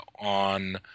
on